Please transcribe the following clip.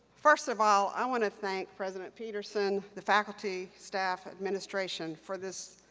first of all, i want to thank president peterson, the faculty, staff, administration for this,